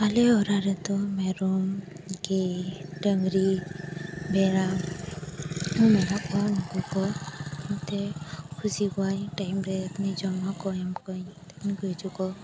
ᱟᱞᱮ ᱚᱲᱟᱜ ᱨᱮᱫᱚ ᱢᱮᱨᱚᱢ ᱜᱮ ᱰᱟᱝᱨᱤ ᱵᱷᱮᱨᱟ ᱢᱮᱱᱟᱜ ᱠᱚᱣᱟ ᱩᱱᱠᱩ ᱠᱚ ᱢᱚᱫᱷᱮ ᱠᱷᱩᱥᱤ ᱠᱚᱣᱟᱭ ᱴᱟᱭᱤᱢ ᱨᱮ ᱡᱚᱢ ᱮᱢᱟ ᱠᱚᱣᱟᱭ ᱮᱢᱟᱠᱚᱣᱟᱭ ᱛᱚᱠᱷᱚᱱ ᱠᱚ ᱦᱤᱡᱩᱜ ᱠᱚ